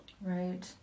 Right